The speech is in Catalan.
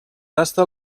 tasta